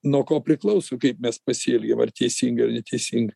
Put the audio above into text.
nuo ko priklauso kaip mes ar teisingai ar neteisingai